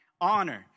Honor